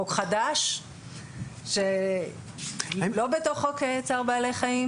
חוק חדש שלא בתוך חוק צער בעלי חיים,